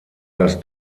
das